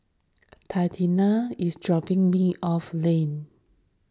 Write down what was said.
Tatiana is dropping me off Lane